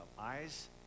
eyes